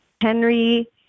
Henry